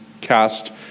cast